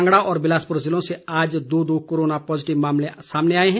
कांगड़ा और बिलासपुर जिलों से आज दो दो कोरोना पॉजिटिव मामले सामने आए हैं